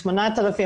8,000,